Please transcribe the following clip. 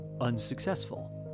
unsuccessful